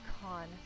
con